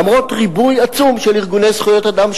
למרות ריבוי עצום של ארגוני זכויות אדם,